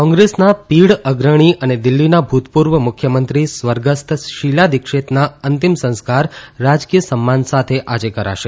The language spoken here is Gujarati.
કોંગ્રેસના પીઢ ગ્રણી ને દિલ્હીના ભૂતપૂર્વ મુખ્યમંત્રી સ્વર્ગસ્થ શીલા દિક્ષિતના અંતિમ સંસ્કાર રાજકીય સન્માન સાથે આજે કરાશે